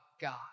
God